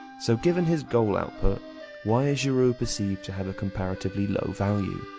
so given his goal output why is giroud perceived to have a comparatively low value?